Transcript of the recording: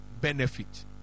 benefit